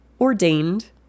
ordained